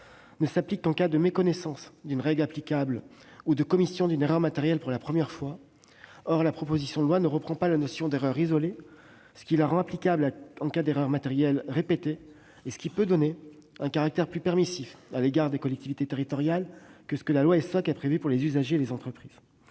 ne s'applique qu'en cas de méconnaissance d'une règle applicable ou de commission d'une erreur matérielle pour la première fois. Or la proposition de loi ne reprend pas la notion d'erreur isolée, ce qui la rend applicable en cas d'erreurs matérielles répétées. Le texte est donc potentiellement plus permissif à l'égard des collectivités territoriales que ce que la loi Essoc a prévu pour les usagers et les entreprises.